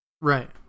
right